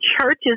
churches